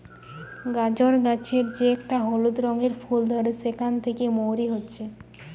গাজর গাছের যে একটা হলুদ রঙের ফুল ধরে সেখান থিকে মৌরি হচ্ছে